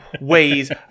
ways